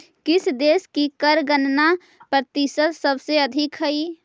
किस देश की कर गणना प्रतिशत सबसे अधिक हई